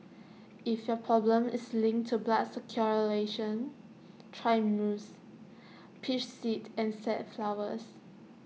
if your problem is linked to blood circulation try musk peach seed and safflowers